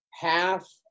half